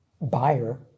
buyer